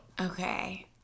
Okay